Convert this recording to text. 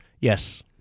Yes